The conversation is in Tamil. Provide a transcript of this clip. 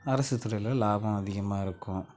அரசு துறையில் லாபம் அதிகமாக இருக்கும்